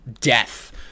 death